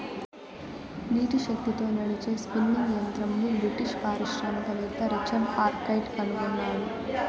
నీటి శక్తితో నడిచే స్పిన్నింగ్ యంత్రంని బ్రిటిష్ పారిశ్రామికవేత్త రిచర్డ్ ఆర్క్రైట్ కనుగొన్నాడు